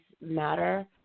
Matter